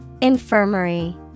Infirmary